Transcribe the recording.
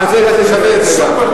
אני רוצה להגיד לך ששווה את זה גם,